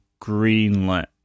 greenlit